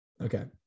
Okay